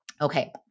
okay